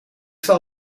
zal